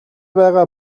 байгаа